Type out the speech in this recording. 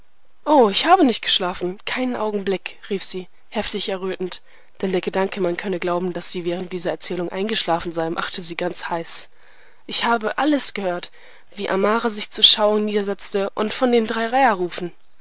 o ich habe nicht geschlafen keinen augenblick rief sie heftig errötend denn der gedanke man könne glauben daß sie während dieser erzählung eingeschlafen sei machte sie ganz heiß ich habe alles gehört wie amara sich zur schauung niedersetzte und von den drei reiherrufen